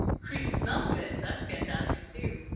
creek. smells good. that's fantastic too.